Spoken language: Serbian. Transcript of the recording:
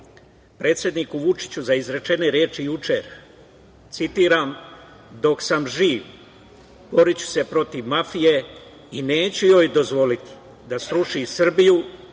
predsedniku Vučiću za izrečene reči juče, citiram: „Dok sam živ boriću se protiv mafije i neću joj dozvoliti da sruši Srbiju